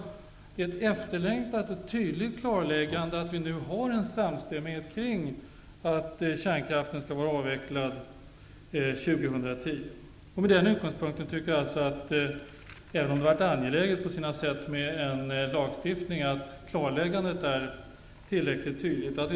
Det är ett efterlängtat och tydligt klarläggande att vi nu har en samstämmighet i att kärnkraften skall vara avvecklad år 2010. Med den utgångspunkten tycker jag, även om det på sätt och vis har varit angeläget med en lagstiftning, att klarläggandet är tillräckligt tydligt.